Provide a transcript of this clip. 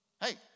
hey